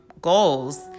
goals